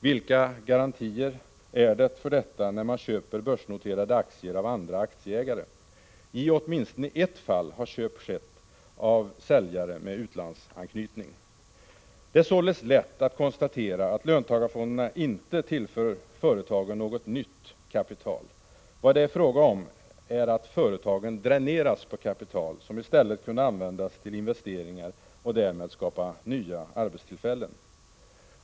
Vilka garantier har man för detta när man köper börsnoterade aktier av andra aktieägare? I åtminstone ett fall har köp skett av säljare med utlandsanknytning. Det är således lätt att konstatera att löntagarfonderna inte tillför företagen något nytt kapital. Vad det är fråga om är att företagen dräneras på kapital, som i stället kunde användas till investeringar och därmed skapa nya arbetstillfällen.